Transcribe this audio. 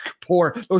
poor